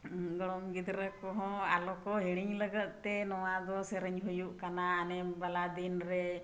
ᱜᱚᱲᱚᱢ ᱜᱤᱫᱽᱨᱟᱹ ᱠᱚᱦᱚᱸ ᱟᱞᱚᱠᱚ ᱦᱤᱲᱤᱧ ᱞᱟᱜᱤᱫᱛᱮ ᱱᱚᱣᱟ ᱫᱚ ᱥᱮᱨᱮᱧ ᱦᱩᱭᱩᱜ ᱠᱟᱱᱟ ᱱᱤᱢ ᱵᱟᱞᱟ ᱫᱤᱱᱨᱮ